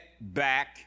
back